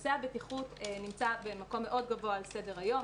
נושא הבטיחות נמצא במקום מאוד גבוה על סדר-היום.